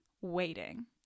waiting